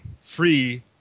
free